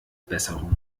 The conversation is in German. besserung